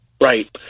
right